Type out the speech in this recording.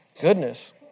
Goodness